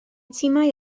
timau